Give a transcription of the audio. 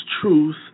truth